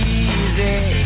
easy